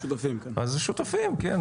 אז זה שותפים, כן.